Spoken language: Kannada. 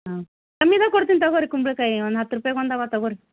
ಹಾಂ ಕಮ್ಮಿದೇ ಕೊಡ್ತೀನಿ ತಗೋ ರಿ ಕುಂಬಳಕಾಯಿ ಒಂದು ಹತ್ತು ರೂಪಾಯ್ಗೆ ಒಂದು ಅವೆ ತಗೋ ರಿ